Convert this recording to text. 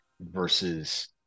versus